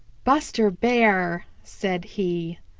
buster bear, said he.